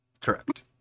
correct